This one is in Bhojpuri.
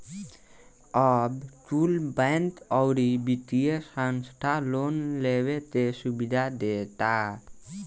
अब कुल बैंक, अउरी वित्तिय संस्था लोन लेवे के सुविधा देता